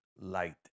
light